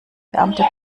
beamte